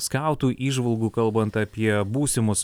skautų įžvalgų kalbant apie būsimus